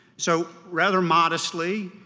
so rather modestly,